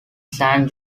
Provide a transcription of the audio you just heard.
san